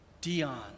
Dion